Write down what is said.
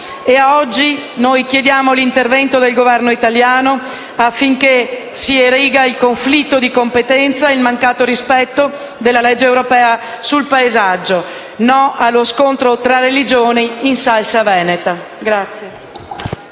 Oggi chiediamo, pertanto, l'intervento del Governo italiano affinché si eriga il conflitto di competenza e il mancato rispetto della normativa europea sul paesaggio. Diciamo no allo scontro tra religioni in salsa veneta.